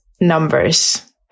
numbers